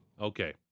Okay